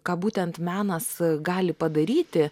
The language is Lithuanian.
ką būtent menas gali padaryti